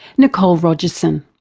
nicole rogerson.